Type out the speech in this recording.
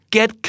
Get